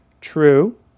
true